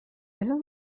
isn’t